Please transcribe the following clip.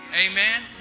Amen